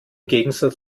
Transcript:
gegensatz